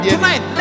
Tonight